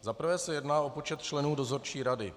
Za prvé se jedná o počet členů dozorčí rady.